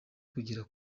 kugera